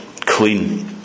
clean